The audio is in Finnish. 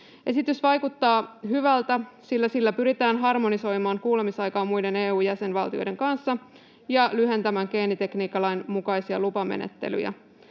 Esitys vaikuttaa hyvältä, sillä sillä pyritään harmonisoimaan kuulemisaikaa muiden EU-jäsenvaltioiden kanssa ja lyhentämään geenitekniikkalain mukaisia lupamenettelyjä.